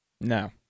No